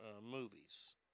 movies